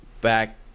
back